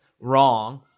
wrong